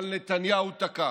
אבל נתניהו תקע